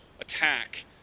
attack